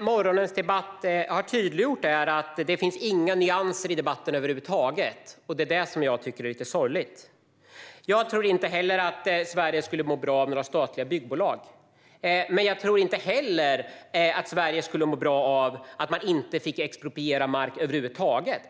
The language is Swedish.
Morgonens debatt har tydliggjort att det inte finns några nyanser i debatten över huvud taget, och det är det som jag tycker är lite sorgligt. Jag tror inte heller att Sverige skulle må bra av några statliga byggbolag. Men jag tror inte heller att Sverige skulle må bra av att man inte fick expropriera mark över huvud taget.